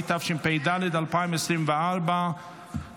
התשפ"ד 2024. הצבעה.